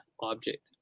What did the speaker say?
object